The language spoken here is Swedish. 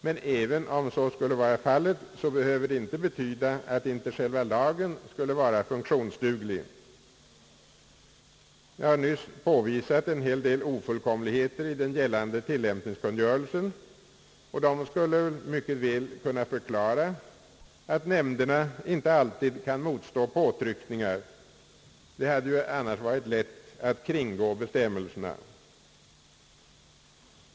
Men även om så skulle vara fallet, så behöver det inte betyda att själva lagen icke skulle vara funktionsduglig. Jag har nyss påvisat en del ofullkomligheter i den gällande tillämpningskungörelsen, som mycket väl skulle kunna förklara, att nämnderna inte alltid kan motstå påtryckningar. Det hade ju annars varit lätt att kringgå bestämmelserna.